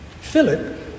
Philip